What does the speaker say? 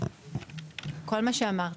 כל מה שאמרתי,